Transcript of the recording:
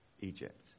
Egypt